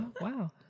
Wow